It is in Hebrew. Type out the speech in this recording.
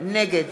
נגד